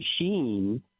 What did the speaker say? machine